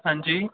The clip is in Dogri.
हां जी